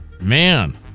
man